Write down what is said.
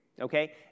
Okay